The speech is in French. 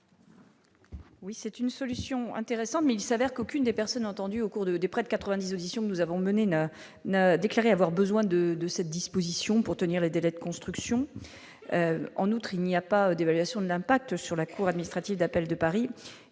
Oui, c'est une solution intéressante, mais il s'avère qu'aucune des personnes entendues au cours de des près de 90 auditions nous avons mené une n'a déclaré avoir besoin de de cette disposition pour tenir les délais de construction, en outre, il n'y a pas d'évaluation de l'impact sur la cour administrative d'appel de Paris